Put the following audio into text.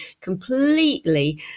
completely